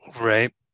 Right